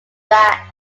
backs